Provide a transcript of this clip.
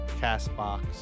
Castbox